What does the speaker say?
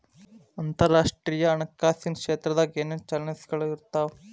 ಅಂತರರಾಷ್ಟ್ರೇಯ ಹಣಕಾಸಿನ್ ಕ್ಷೇತ್ರದಾಗ ಏನೇನ್ ಚಾಲೆಂಜಸ್ಗಳ ಇರ್ತಾವ